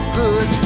good